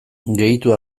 gehitu